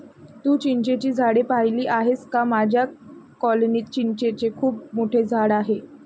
तू चिंचेची झाडे पाहिली आहेस का माझ्या कॉलनीत चिंचेचे खूप मोठे झाड आहे